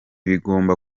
bigomba